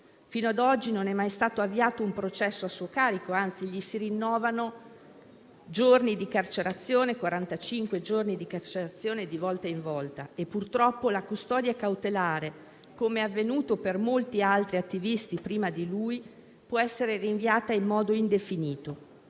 Fino a oggi non è mai stato avviato un processo a suo carico, anzi gli si rinnovano i giorni di carcerazione, quarantacinque giorni di carcerazione di volta in volta; e purtroppo la custodia cautelare - come avvenuto per molti altri attivisti prima di lui - può essere rinviata in modo indefinito,